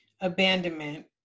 abandonment